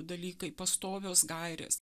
dalykai pastovios gairės